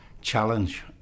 challenge